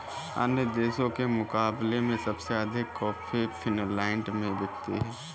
अन्य देशों के मुकाबले में सबसे अधिक कॉफी फिनलैंड में बिकती है